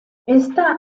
esta